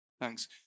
Thanks